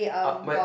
uh my